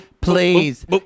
Please